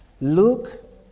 Luke